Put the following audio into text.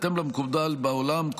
בהתאם למקובל בעולם,